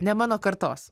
ne mano kartos